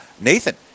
Nathan